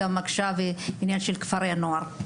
עכשיו גם העניין של כפרי הנוער.